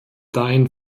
dahin